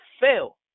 fail